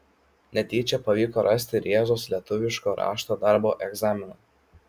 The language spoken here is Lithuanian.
netyčia pavyko rasti rėzos lietuviško rašto darbo egzaminą